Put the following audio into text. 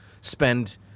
spend—